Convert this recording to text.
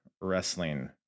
wrestling